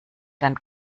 dann